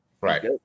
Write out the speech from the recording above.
right